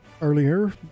earlier